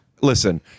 Listen